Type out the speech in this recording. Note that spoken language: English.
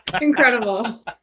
Incredible